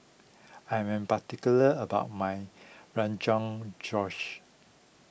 I am particular about my Rogan Josh